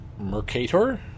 Mercator